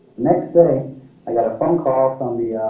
next day i got a phone call from the